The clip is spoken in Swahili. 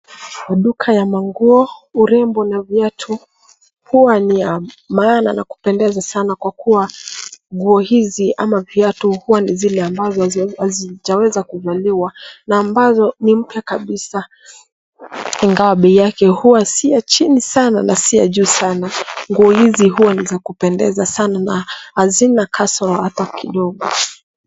Duka ya mango, urembo na viatu huwa niamaana na kupendeza sana kwa kuwa nmnguo hizi ama viatu huwa ni zile ambazo hazijaweza kuvaliwa na ambazo ni mpya kabisa ingawa bei yake huwa si ya chini sana na si ja juu sana. Nguo hizi huwa za kupendeza sana na hazina kasoro hata kidogo.